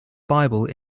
bible